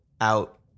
out